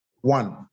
One